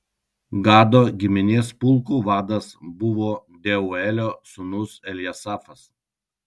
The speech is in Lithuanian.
gado giminės pulkų vadas buvo deuelio sūnus eljasafas